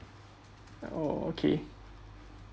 oh okay